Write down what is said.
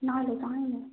ନାଁରେ କହିନି